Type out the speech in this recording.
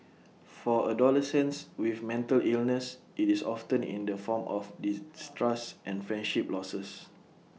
for adolescents with mental illness IT is often in the form of distrust and friendship losses